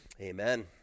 Amen